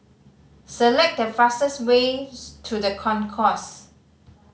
select the fastest ways to The Concourse